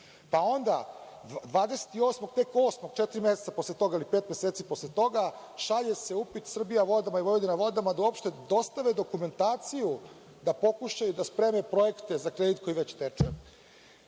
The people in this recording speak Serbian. Onda 28. avgusta, četiri meseca posle toga ili pet meseci posle toga, šalje se upit „Srbijavodama“ i „Vojvodina vodama“ da uopšte dostave dokumentaciju, da pokušaju da spreme projekte za kredit koji već teče,